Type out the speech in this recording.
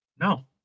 No